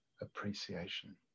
appreciation